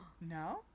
No